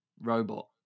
robot